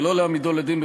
ולא להעמידו לדין,